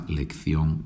lección